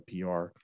PR